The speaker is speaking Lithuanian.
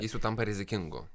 jis su tampa rizikingu